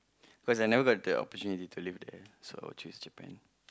cause I never got the opportunity to live there so I choose Japan